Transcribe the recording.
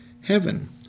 heaven